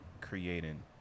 creating